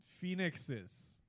Phoenixes